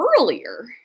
earlier